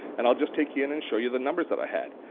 and i'll just take you in and show you the numbers that i had.